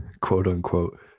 quote-unquote